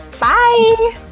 Bye